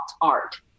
art